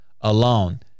alone